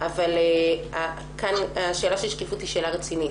אבל כאן השאלה של השקיפות היא שאלה רצינית,